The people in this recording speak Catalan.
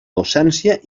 docència